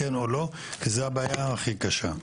כי זה הבעיה הכי קשה.